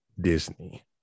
Disney